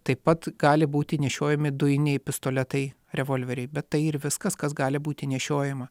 taip pat gali būti nešiojami dujiniai pistoletai revolveriai bet tai ir viskas kas gali būti nešiojama